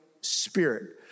Spirit